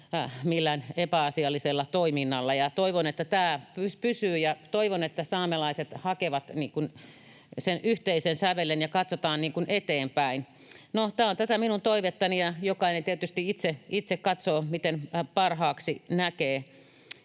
millään epäasiallisella toiminnalla, ja toivon, että tämä pysyy. Ja toivon, että saamelaiset hakevat sen yhteisen sävelen ja katsotaan eteenpäin. No, tämä on tätä minun toivettani, ja jokainen tietysti itse katsoo, miten parhaaksi näkee.